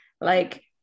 like-